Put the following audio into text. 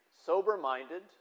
sober-minded